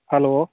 hello